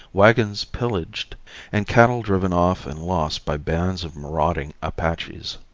wagons pillaged and cattle driven off and lost by bands of marauding apaches.